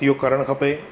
इहो करणु खपे